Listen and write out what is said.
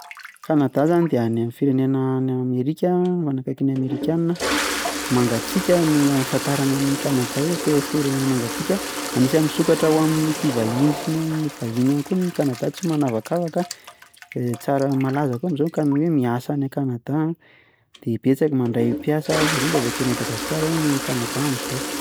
Kanada izany dia any amin'ny firenena any amerika, manakaiky ny amerikana. Mangatsika no ahafantarana an'i Kanada aty amin'ny firenena mangatsika. Anisan'ny misokatra ho amin'ny mpivahiny sy ny vahiny ihany koa ny Kanada, tsy manavakavaka, tsara sy malaza koa amin'izao hoe miasa any Kanada an, dia betsaka mandray mpiasa indrindra fa avy aty Madagasikara hono i Kanada amin'izao.